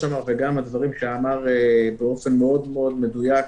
וגם הדברים שאמר באופן מאוד מאוד מדויק,